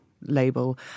label